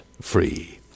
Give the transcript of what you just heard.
free